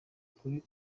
kuri